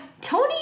Tony